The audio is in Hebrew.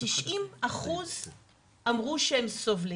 90% אמרו שהם סובלים.